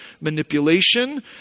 manipulation